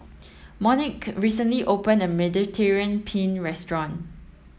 Monique recently opened a Mediterranean Penne restaurant